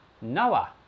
Noah